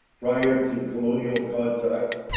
prior to colonial contact